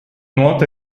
nuoto